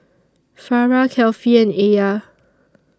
Farah Kefli and Alya